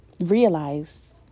realize